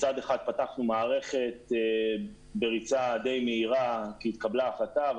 מצד אחד פתחנו מערכת בריצה די מהירה כי התקבלה החלטה,